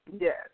Yes